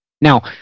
Now